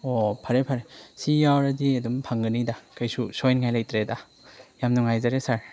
ꯑꯣ ꯐꯔꯦ ꯐꯔꯦ ꯁꯤ ꯌꯥꯎꯔꯗꯤ ꯑꯗꯨꯝ ꯐꯪꯉꯅꯤꯗ ꯀꯔꯤꯁꯨ ꯁꯣꯏꯍꯟꯅꯤꯡꯉꯥꯏ ꯂꯩꯇ꯭ꯔꯦꯗ ꯌꯥꯝ ꯅꯨꯡꯉꯥꯏꯖꯔꯦ ꯁꯥꯔ